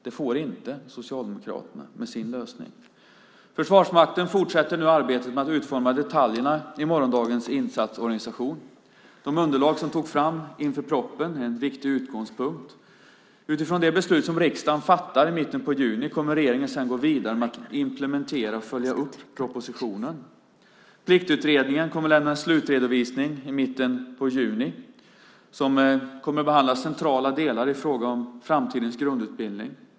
Det får inte Socialdemokraterna med sin lösning. Försvarsmakten fortsätter nu arbetet med att utforma detaljerna i morgondagens insatsorganisation. De underlag som togs fram inför propositionen är en viktig utgångspunkt. Utifrån det beslut som riksdagen fattar i mitten av juni kommer regeringen sedan att gå vidare med att implementera och följa upp propositionen. Pliktutredningen kommer att lämna en slutredovisning i mitten av juni. Den kommer att behandla centrala delar i fråga om framtidens grundutbildning.